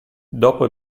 dopo